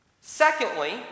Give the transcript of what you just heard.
Secondly